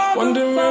Wondering